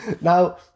Now